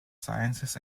sciences